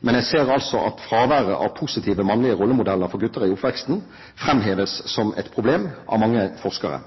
Men jeg ser altså at fraværet av positive mannlige rollemodeller for gutter i oppveksten framheves som et problem av mange forskere,